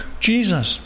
Jesus